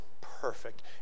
perfect